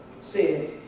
says